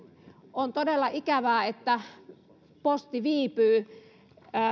on todella ikävää että posti viipyy